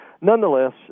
nonetheless